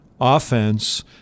offense